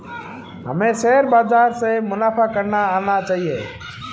हमें शेयर बाजार से मुनाफा करना आना चाहिए